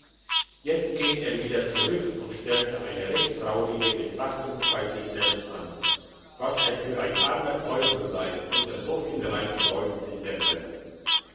jetzt ging er wieder zurück und stellte eine recht traurige betrachtung bei sich selbst an was er für ein armer teufel sei unter so viel reichen leuten in der welt